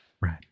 Right